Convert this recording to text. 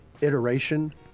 iteration